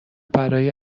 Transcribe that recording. برای